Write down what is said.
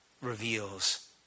reveals